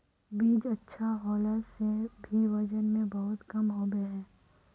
बीज अच्छा होला से भी वजन में बहुत कम होबे है?